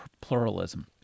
pluralism